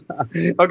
okay